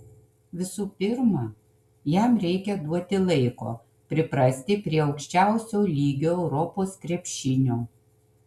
visų pirma jam reikia duoti laiko priprasti prie aukščiausio lygio europos krepšinio